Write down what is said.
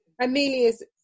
Amelia's